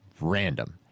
random